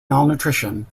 malnutrition